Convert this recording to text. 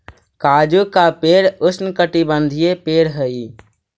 काजू का पेड़ उष्णकटिबंधीय पेड़ हई